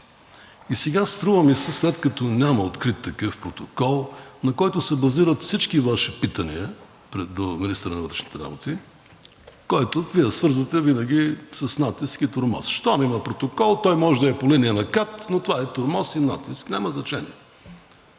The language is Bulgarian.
И сега, струва ми се, след като няма открит такъв протокол, на който се базират всички Ваши питания към министъра на вътрешните работи, когото Вие свързвате винаги с натиск и тормоз – щом има протокол, той може да е по линия на КАТ, но това е тормоз и натиск. Няма значение